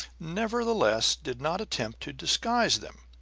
nevertheless did not attempt to disguise them.